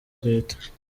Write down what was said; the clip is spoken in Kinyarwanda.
leta